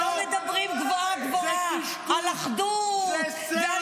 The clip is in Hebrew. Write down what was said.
-- ולא מדברים גבוהה-גבוהה על אחדות ועל